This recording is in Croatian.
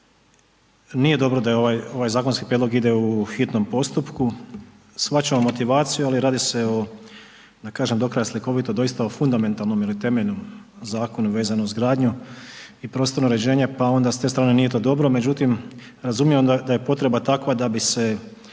Nije dobro da ovaj zakonski prijedlog ide u hitnom postupku. Shvaćamo motivaciju, ali radi se o da kažem do kraja slikovito doista o fundamentalnom ili temeljnom zakonu vezano uz gradnju i prostorno uređenje, pa onda s te strane nije to dobro. Međutim, razumijem da je potreba takva da bi se